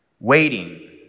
Waiting